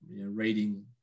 reading